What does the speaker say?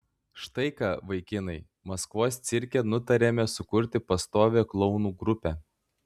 štai ką vaikinai maskvos cirke nutarėme sukurti pastovią klounų grupę